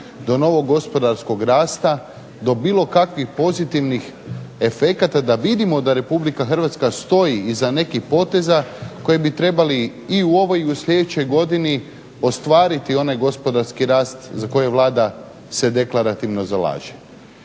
do novog gospodarskog rasta, do bilo kakvih pozitivnih efekata da vidimo da RH stoji iza nekih poteza koji bi trebali i u ovoj i u slijedećoj godini ostvariti one gospodarski rast za koji Vlada se deklarativno zalaže.